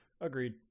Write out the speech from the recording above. Agreed